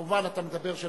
כמובן, אתה מדבר שלוש דקות.